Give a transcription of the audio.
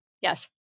Yes